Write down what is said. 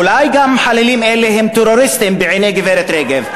אולי גם חללים אלה הם טרוריסטים בעיני גברת רגב.